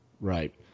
Right